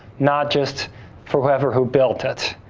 not just for whoever who built it.